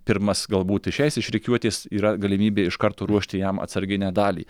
pirmas galbūt išeis iš rikiuotės yra galimybė iš karto ruošti jam atsarginę dalį